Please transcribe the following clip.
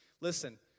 Listen